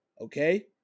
Okay